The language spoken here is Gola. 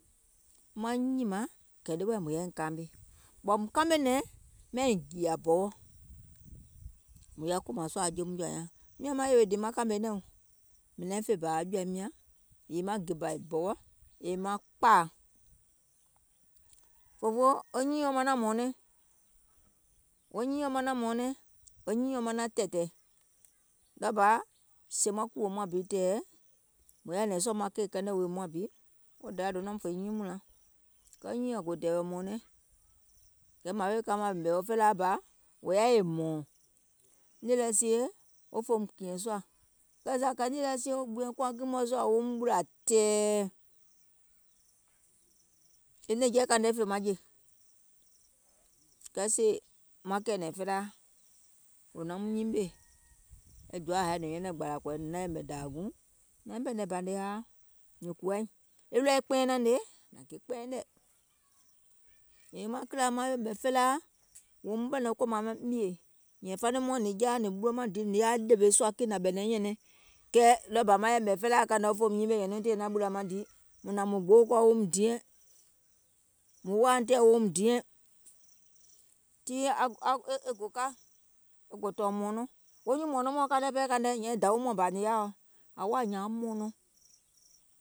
maiŋ nyìmȧŋ kɛ̀ ɗeweɛ̀ mùŋ yaȧiŋ kaame, ɓɔ̀ùm kamè nɛ̀ŋ maiŋ gììyȧ bɔwɔ, mùŋ yaȧ kòmȧŋ sùȧ jeum jɔ̀ȧ nyaŋ, miȧŋ maŋ yèwè dìì maŋ kàmè nɛ̀ŋò, mìŋ naŋ fè bȧ jɔ̀ȧim nyàŋ, maŋ gè bȧ bɔwɔ, yèè maŋ kpȧȧ, òfoo wɔŋ nyiiɔ̀ŋ manȧŋ mɔ̀ɔ̀nɛŋ, wɔŋ nyiiɔ̀ŋ manȧŋ mɔ̀ɔ̀nɛŋ, wɔŋ nyiiɔ̀ŋ manaŋ tɛ̀ɛ̀tɛ̀ɛ̀, ɗɔɔbà sèè maŋ kùwò muȧŋ bi tɛ̀ɛ̀, mùŋ yaȧ nyɛ̀nɛ̀ŋ sùȧ keì kɛnɛ wèè muȧŋ bi, wo dayȧ doum nȧŋ fè nyiiŋ mùnlaŋ, kɛɛ nyiiɔ̀ŋ gò tɛ̀ɛ̀wɛ̀ mɔ̀ɔ̀nɛŋ, kɛ̀ mȧŋ weè ka mȧŋ ɓèmè wo felaa bȧ, wò yaȧ e hmɔ̀ɔ̀ŋ, nìì lɛ sie wo fòùm kìɛ̀ŋ sùȧ, kɛɛ zȧ sèè nìì lɛ sie wo gbìȧŋ kii mɔ̀ɛ̀ sùȧ woum ɓùlȧ tɛ̀ɛ̀, e nɛ̀ŋjeɛ̀ kȧìŋ nɛ fè maŋ jè, kɛɛ sèè maŋ kɛ̀ɛ̀nɛ̀ŋ felaa wò naum nyimèè, wɔŋ doaȧ haì nìŋ nyɛ̀nɛ̀ŋ gbȧlȧ kɔ̀ì nìŋ naŋ yɛ̀mɛ̀ dȧȧ guùŋ, nȧiŋ ɓɛ̀nɛ̀ŋ bȧnè hȧa nìŋ kùwȧiŋ, ke ɗɔɔɛ̀ kpɛ̀ɛŋ naŋ hnè, nàŋ gè kpɛ̀iŋ nɛ̀, yèè e kìlȧ maŋ ɓèmè felaa wòum ɓɛ̀nɛ̀ŋ kòmàŋ mìè, nyɛ̀iŋ faniŋ mɔɔ̀ŋ nìŋ jaȧ nìŋ ɓulò maŋ di nìŋ yaȧ ɗèwè sùȧ kiìŋ nȧŋ ɓɛ̀nɛ̀ŋ nyɛ̀nɛŋ, kɛɛ ɗɔɔbȧ maŋ yɛ̀mɛ̀ felaaȧ kȧiŋ nɛ wo fòum nyimèè nyɛ̀nuuŋ tìyee naŋ ɓùlȧ maŋ di, mùŋ hnȧŋ mùŋ gbòouŋ kɔɔ woum diɛ̀ŋ, mùŋ woȧiŋ tɛɛ̀ woum diɛ̀ŋ, tii e gò ka, e gò tɔ̀ɔ̀ mɔ̀ɔ̀nɔŋ, wo nyuùŋ mɔ̀ɔ̀nɔŋ mɔɔ̀ŋ kȧìŋ nɛ nyɛ̀iŋ dȧwi mɔɔ̀ŋ bȧ nìŋ yaȧa, ȧŋ woȧ nyȧȧŋ mɔ̀ɔ̀nɔŋ,